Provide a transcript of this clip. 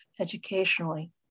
educationally